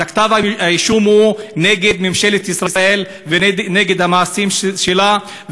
כתב-האישום הוא נגד ממשלת ישראל ונגד המעשים שלה.